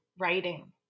writing